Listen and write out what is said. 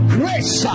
grace